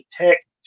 Tech